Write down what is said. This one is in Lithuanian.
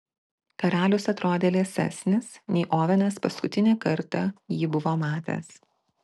karalius atrodė liesesnis nei ovenas paskutinį kartą jį buvo matęs